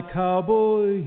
cowboy